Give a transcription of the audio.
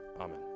Amen